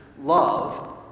Love